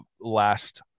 last